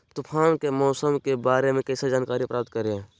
तूफान के मौसम के बारे में कैसे जानकारी प्राप्त करें?